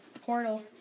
portal